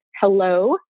hello